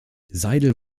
seidel